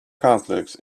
conflicts